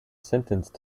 sentenced